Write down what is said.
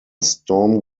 storm